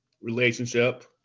relationship